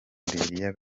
libya